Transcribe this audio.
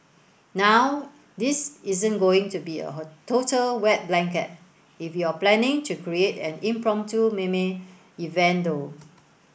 now this isn't going to be a total wet blanket if you're planning to create an impromptu meme event though